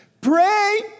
pray